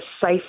safe